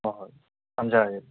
ꯍꯣꯏ ꯍꯣꯏ ꯊꯝꯖꯔꯒꯦ